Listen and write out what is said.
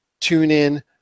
TuneIn